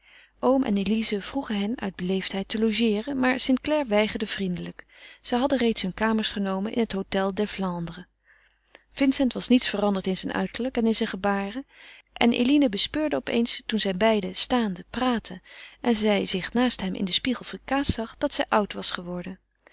oom en elize vroegen hen uit beleefdheid te logeeren maar st clare weigerde vriendelijk zij hadden reeds hunne kamers genomen in het hôtel des flandres vincent was niets veranderd in zijn uiterlijk en in zijn gebaren en eline bespeurde op eens toen zij beiden staande praatten en zij zich naast hem in den spiegel weêrkaatst zag dat zij oud was geworden